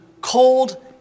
cold